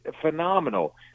phenomenal